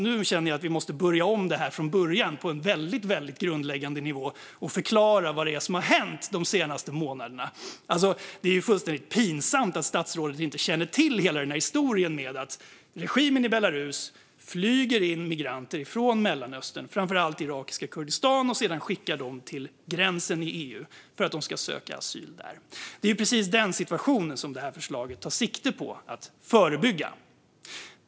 Nu känner jag att vi måste börja om från början på en grundläggande nivå och förklara vad som har hänt de senaste månaderna. Det är fullständigt pinsamt att statsrådet inte känner till hela historien om att regimen i Belarus flyger in migranter från Mellanöstern, framför allt irakiska Kurdistan, och sedan skickar dem till gränsen till EU för att de ska söka asyl där. Det är precis den situationen som förslaget tar sikte på att förebygga.